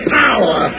power